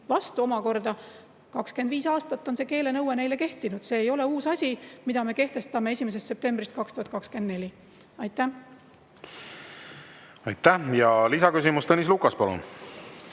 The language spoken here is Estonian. vastu: 25 aastat on see keelenõue neile kehtinud. See ei ole uus asi, mille me kehtestame 1. septembrist 2024. Aitäh! Ja lisaküsimus. Tõnis Lukas, palun!